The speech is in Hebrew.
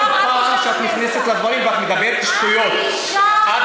אתה צריך לומר: אל,